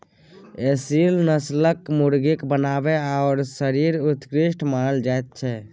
एसील नस्लक मुर्गीक बनावट आओर शरीर उत्कृष्ट मानल जाइत छै